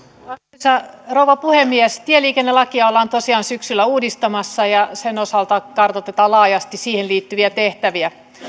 arvoisa rouva puhemies tieliikennelakia ollaan tosiaan syksyllä uudistamassa ja sen osalta kartoitetaan laajasti siihen liittyviä tehtäviä